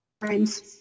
friends